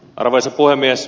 arvoisa puhemies